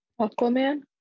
Aquaman